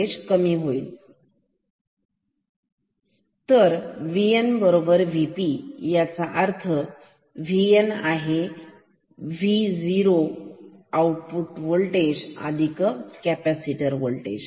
तर V0 कमी होत आहे V N V P याचा अर्थ आता आपल्याला माहित आहे VN V0Vc